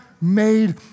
made